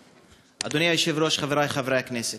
אדוני היושב-ראש, חברי חברי הכנסת,